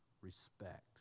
respect